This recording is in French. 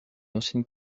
ancienne